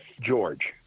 George